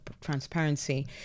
transparency